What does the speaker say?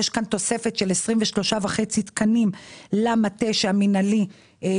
יש כאן תוספת של 23.5 תקנים למטה המנהלי